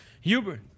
Hubert